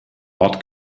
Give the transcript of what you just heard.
ort